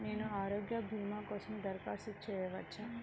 నేను ఆరోగ్య భీమా కోసం దరఖాస్తు చేయవచ్చా?